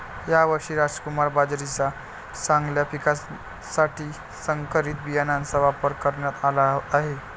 यावर्षी रामकुमार बाजरीच्या चांगल्या पिकासाठी संकरित बियाणांचा वापर करण्यात आला आहे